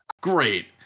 Great